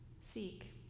seek